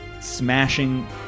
smashing